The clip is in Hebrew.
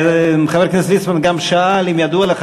חבר הכנסת ליצמן גם שאל אם ידוע לך